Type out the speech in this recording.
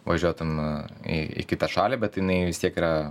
važiuotum į kitą šalį bet jinai vis tiek yra